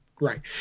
Right